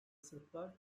sırplar